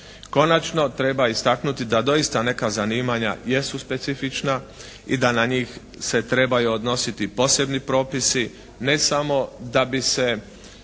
Konačno, treba istaknuti da doista neka zanimanja jesu specifična i da na njih se trebaju odnositi posebni propisi, ne samo da bi se